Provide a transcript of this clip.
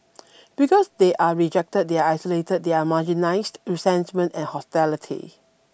because they are rejected they are isolated they are marginalised resentment and hostility